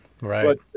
right